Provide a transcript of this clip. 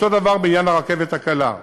אותו הדבר בעניין הרכבת הקלה.